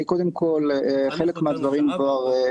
רק בגלל כל ההתנהלות הזאת של קליקה ואליטה